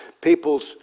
people's